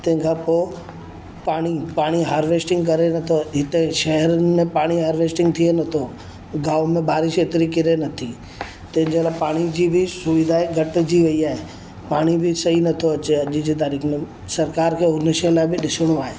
तंहिंखां पोइ पाणी पाणी हार्वेस्टिंग करे नथो हिते शहरनि में पाणी हार्वेस्टिंग थिए नथो में बारिश एतिरी किरे नथी तेंजे लाए पाणी जी बी सुविधाए घटि जी वई आहे पाणी बि सही नथो अचे अॼु जे तारीख़ में सरकार खे उन शइ लाइ बि ॾिसणो आहे